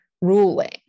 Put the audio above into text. ruling